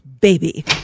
baby